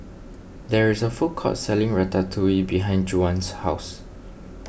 there is a food court selling Ratatouille behind Juwan's house